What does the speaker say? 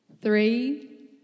three